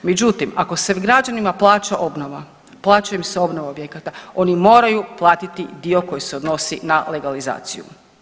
Međutim, ako se građanima plaća obnova, plaća im se obnova objekata, oni moraju platiti dio koji se odnosi na legalizaciju.